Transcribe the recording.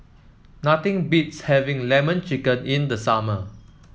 nothing beats having lemon chicken in the summer